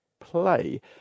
play